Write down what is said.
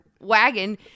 wagon